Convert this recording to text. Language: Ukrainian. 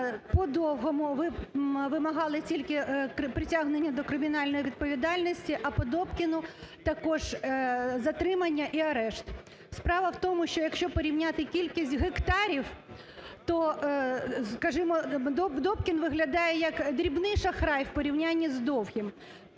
по Довгому ви вимагали тільки притягнення до кримінальної відповідальності, а по Добкіну також затримання і арешт? Справа в тому, що якщо порівняти кількість гектарів, то, скажімо, Добкін виглядає як дрібний шахрай в порівнянні з Довгим.